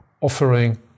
offering